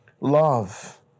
love